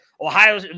Ohio